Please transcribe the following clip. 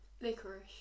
Licorice